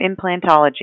Implantology